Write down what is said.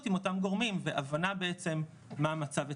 עם אותם גורמים והבנה בעצם מה המצב אצלם,